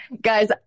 Guys